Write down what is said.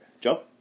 Joe